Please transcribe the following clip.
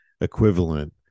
equivalent